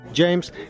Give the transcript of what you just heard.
James